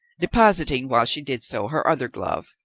depositing, while she did so, her other glove,